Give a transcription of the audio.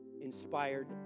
inspired